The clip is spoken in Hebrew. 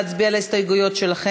האם להצביע על ההסתייגויות שלכם?